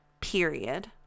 Period